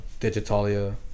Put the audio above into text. digitalia